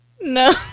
No